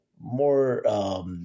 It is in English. more